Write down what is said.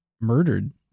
murdered